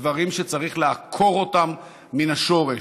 דברים שצריך לעקור אותם מן השורש.